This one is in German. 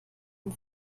vom